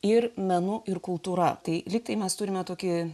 ir menu ir kultūra tai lyg tai mes turime tokį